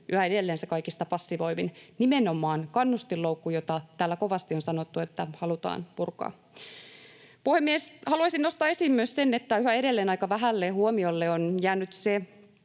yhä edelleen se kaikista passivoivin nimenomaan kannustinloukku, joista täällä kovasti on sanottu, että halutaan purkaa. Puhemies! Haluaisin nostaa esiin myös sen, että yhä edelleen aika vähälle huomiolle on jäänyt se,